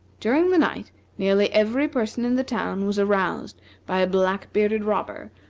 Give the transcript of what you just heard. during the night nearly every person in the town was aroused by a black-bearded robber,